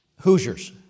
Hoosiers